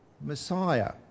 Messiah